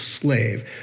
slave